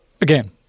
again